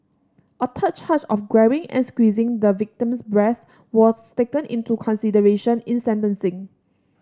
a third charge of grabbing and squeezing the victim's breast was taken into consideration in sentencing